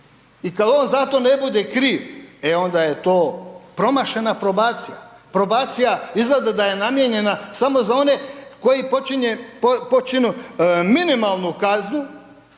i kad on za to ne bude kriv, e onda je to promašena probacija, probacija izgleda da je namijenjena samo za one koji počinu minimalnu kaznu